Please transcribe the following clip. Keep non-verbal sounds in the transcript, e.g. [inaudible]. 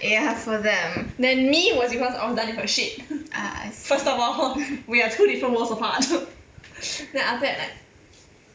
then me was because I was done with her shit first of all [laughs] we are two different worlds apart [noise] then after that like